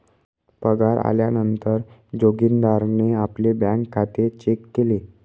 पगार आल्या नंतर जोगीन्दारणे आपले बँक खाते चेक केले